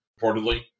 reportedly